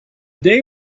day